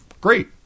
Great